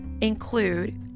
include